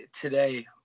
today